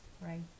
right